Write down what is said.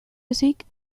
ezik